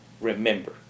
remember